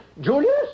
Julius